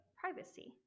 privacy